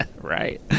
Right